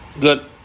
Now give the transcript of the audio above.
Good